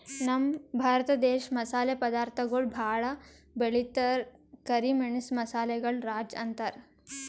ನಮ್ ಭರತ ದೇಶ್ ಮಸಾಲೆ ಪದಾರ್ಥಗೊಳ್ ಭಾಳ್ ಬೆಳಿತದ್ ಕರಿ ಮೆಣಸ್ ಮಸಾಲೆಗಳ್ ರಾಜ ಅಂತಾರ್